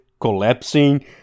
collapsing